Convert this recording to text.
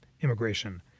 immigration